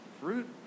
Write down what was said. fruit